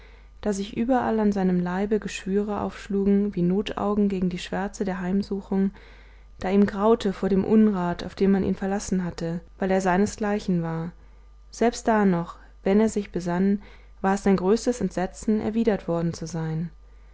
da sich überall an seinem leibe geschwüre aufschlugen wie notaugen gegen die schwärze der heimsuchung da ihm graute vor dem unrat auf dem man ihn verlassen hatte weil er seinesgleichen war selbst da noch wenn er sich besann war es sein größestes entsetzen erwidert worden zu sein